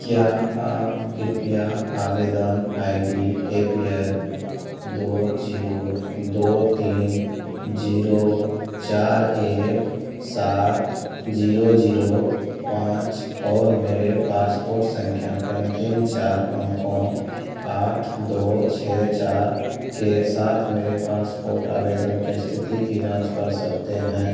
क्या आप कृपया आवेदन I D A P L दो जीरो दो तीन जीरो चार एक सात जीरो जीरो पाँच और मेरे पासपोर्ट संख्या के अंतिम चार अंकों आठ दो छः चार के साथ मेरे पासपोर्ट आवेदन की स्थिति की जाँच कर सकते हैं